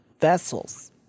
vessels